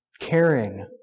caring